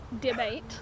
debate